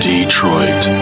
Detroit